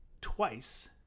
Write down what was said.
twice